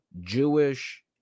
Jewish